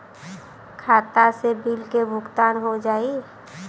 खाता से बिल के भुगतान हो जाई?